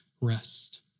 rest